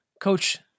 Coach